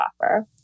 offer